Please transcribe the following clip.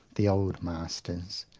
the old masters.